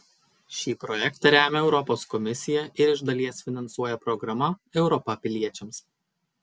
šį projektą remia europos komisija ir iš dalies finansuoja programa europa piliečiams